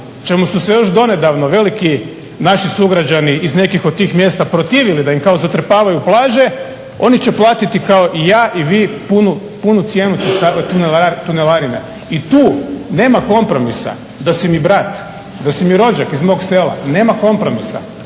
čemu su se još donedavno veliki naši sugrađani iz nekih od tih mjesta protivili da im kao zatrpavaju plaže oni će platiti kao i ja i vi punu cijenu tunelarine. I tu nema kompromisa da si mi brat, da si mi rođak iz mog sela nema kompromisa.